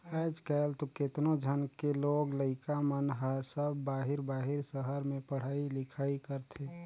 आयज कायल तो केतनो झन के लोग लइका मन हर सब बाहिर बाहिर सहर में पढ़ई लिखई करथे